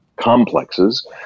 complexes